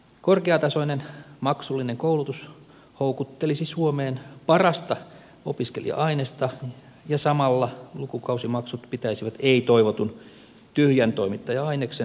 korkeatasoinen maksullinen koulutus houkuttelisi suomeen parasta opiskelija ainesta ja samalla lukukausimaksut pitäisivät ei toivotun tyhjäntoimittaja aineksen poissa